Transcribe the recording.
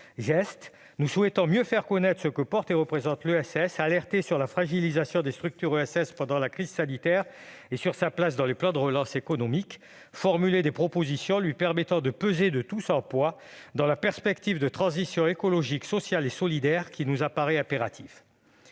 GEST, nous souhaitons mieux faire connaître ce que porte et représente l'ESS, alerter sur la fragilisation de ses structures pendant la crise sanitaire et sur sa place dans les plans de relance économique, et, enfin, formuler des propositions lui permettant de peser de tout son poids dans la perspective de la transition écologique, sociale et solidaire qui nous apparaît impérative.